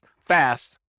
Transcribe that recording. fast